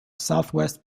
southwest